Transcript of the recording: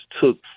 took